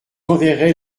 enverrai